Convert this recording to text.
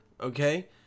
Okay